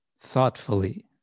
thoughtfully